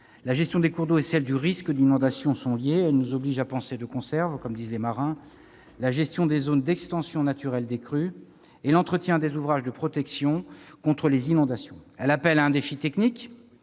La gestion des cours d'eau et celle du risque d'inondation sont liées. Elles nous obligent à penser de conserve la gestion des zones d'extension naturelle des crues et l'entretien des ouvrages de protection contre les inondations. Elle appelle à un défi technique,